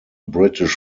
british